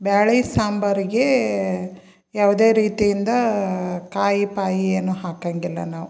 ಬ್ಯಾಳೆ ಸಾಂಬಾರಿಗೆ ಯಾವುದೇ ರೀತಿಯಿಂದ ಕಾಯಿ ಪಾಯಿ ಏನೂ ಹಾಕಂಗಿಲ್ಲ ನಾವು